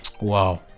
Wow